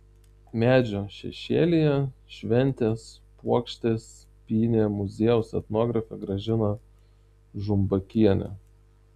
medžio šešėlyje šventės puokštes pynė muziejaus etnografė gražina žumbakienė